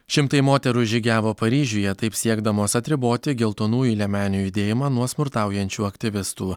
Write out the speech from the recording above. šimtai moterų žygiavo paryžiuje taip siekdamos atriboti geltonųjų liemenių judėjimą nuo smurtaujančių aktyvistų